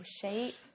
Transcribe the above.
shape